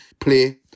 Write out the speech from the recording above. Play